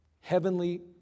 heavenly